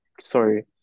Sorry